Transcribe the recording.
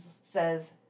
says